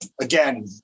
again